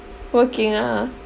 working ah